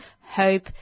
Hope